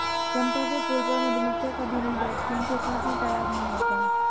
चंपा के फूल पर मधुमक्खियां कभी नहीं बैठती हैं क्योंकि इसमें पराग नहीं होता है